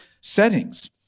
settings